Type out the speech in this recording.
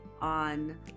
on